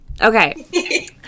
Okay